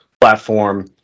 platform